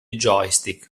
joystick